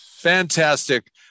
Fantastic